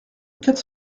quatre